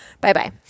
Bye-bye